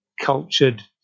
cultured